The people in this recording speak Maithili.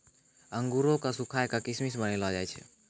अंगूरो क सुखाय क किशमिश बनैलो जाय छै